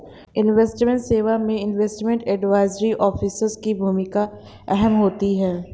investment सेवा में investment advisory officer की भूमिका अहम होती है